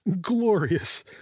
glorious